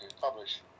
publish